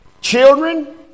Children